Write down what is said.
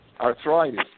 arthritis